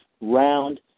round